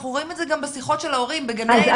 אנחנו רואים את זה בשיחות של ההורים בגני הילדים.